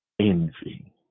envy